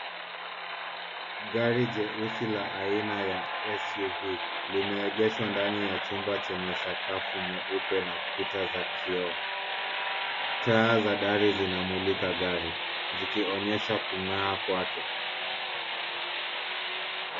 Gari jeusi la aina ya SUV limeegeshwa ndani ya chumba chenye sakafu nyeupe na kuta za kioo. Taa za dari zinamulika gari zikionyesha kung'aa kwake.